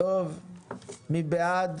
מי בעד?